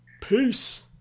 Peace